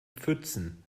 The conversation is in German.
pfützen